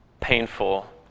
painful